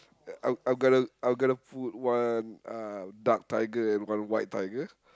I'm I'm gonna I'm gonna put one uh dark tiger and one white tiger